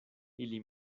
ili